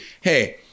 Hey